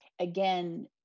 Again